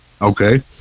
Okay